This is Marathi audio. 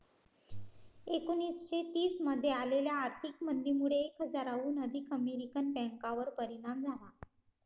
एकोणीसशे तीस मध्ये आलेल्या आर्थिक मंदीमुळे एक हजाराहून अधिक अमेरिकन बँकांवर परिणाम झाला